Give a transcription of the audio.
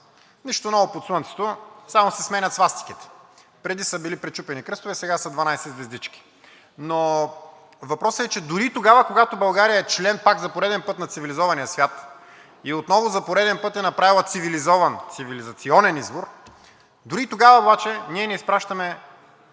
Нищо ново под слънцето, само се сменят свастиките – преди са били пречупени кръстове, сега са 12 звездички. Въпросът е, че дори тогава, когато България е член пак, за пореден път, на цивилизования свят и отново за пореден път е направила цивилизован, цивилизационен избор, дори тогава обаче ние не изпращаме